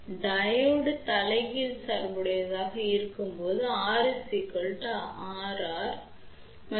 diode தலைகீழ் சார்புடையதாக இருக்கும்போது இப்போது R Rr மற்றும் X 1